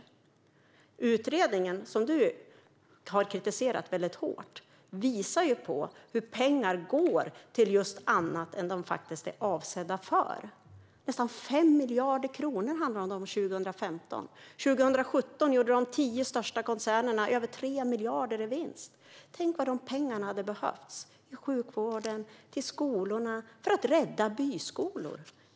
Den utredning som du, Emil Källström, har kritiserat mycket hårt visar nämligen hur pengar går just till annat än de faktiskt är avsedda för. Det handlar om nästan 5 miljarder kronor under 2015. År 2017 gjorde de tio största koncernerna över 3 miljarder i vinst. Tänk hur mycket dessa pengar hade behövts till sjukvården och till skolorna, inte minst för att rädda byskolor.